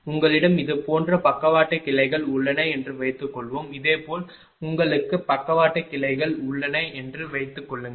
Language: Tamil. உங்களிடம் இது போன்ற பக்கவாட்டு கிளைகள் உள்ளன என்று வைத்துக்கொள்வோம் இது போல உங்களுக்கு பக்கவாட்டு கிளைகள் உள்ளன என்று வைத்துக்கொள்வோம்